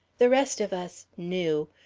the rest of us knew.